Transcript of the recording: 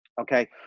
Okay